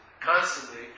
constantly